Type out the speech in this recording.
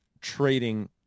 trading